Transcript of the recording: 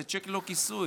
זה צ'ק ללא כיסוי.